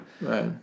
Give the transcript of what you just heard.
Right